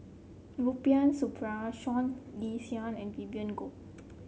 Rubiah Suparman Seah Liang Seah and Vivien Goh